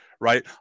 right